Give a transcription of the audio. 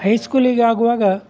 ಹೈಸ್ಕೂಲಿಗೆ ಆಗುವಾಗ